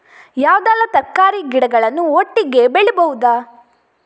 ಯಾವುದೆಲ್ಲ ತರಕಾರಿ ಗಿಡಗಳನ್ನು ಒಟ್ಟಿಗೆ ಬೆಳಿಬಹುದು?